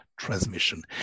transmission